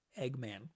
Eggman